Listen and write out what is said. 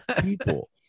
people